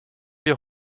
wir